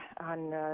on